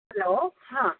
hello हां